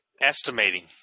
Estimating